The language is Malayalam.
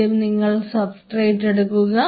ആദ്യം നിങ്ങൾ സബ്സ്ട്രേറ്റ് എടുക്കുക